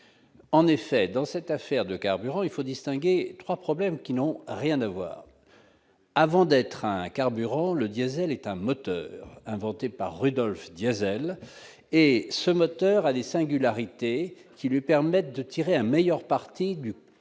en effet dans cette affaire de carburant, il faut distinguer 3 problèmes qui n'ont rien à voir. Avant d'être un carburant le diésel est un moteur inventé par Rudolf Diesel et ce moteur a des singularités qui lui permettent de tirer un meilleur parti du carburant